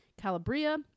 Calabria